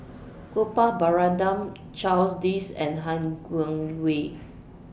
Gopal Baratham Charles Dyce and Han Guangwei